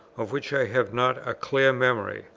of which i have not a clear memory,